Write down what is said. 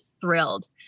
thrilled